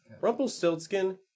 Rumpelstiltskin